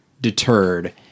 deterred